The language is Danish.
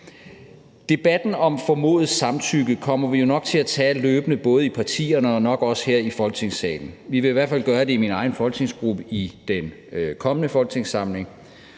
Debatten om formodet samtykke kommer vi jo nok til at tage løbende, både i partierne og nok også her i Folketingssalen. Vi vil i hvert fald gøre det i min egen folketingsgruppe i den kommende folketingssamling.